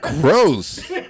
Gross